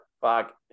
Fuck